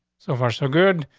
so far, so good.